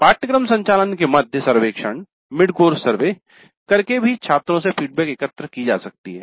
पाठ्यक्रम संचालन के मध्य सर्वेक्षण करके भी छात्रों से फीडबैक एकत्र की जा सकती है